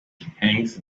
hangs